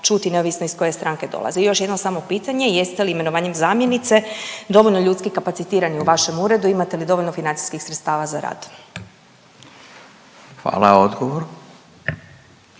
čuti, neovisno iz koje stranke dolaze. Još jednom samo pitanje, jeste li imenovanjem zamjenice dovoljno ljudski kapacitirani u vašem uredu i imate li dovoljno financijskih sredstava za rad? **Radin,